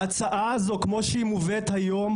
ההצעה הזו כמו שהיא מובאת היום,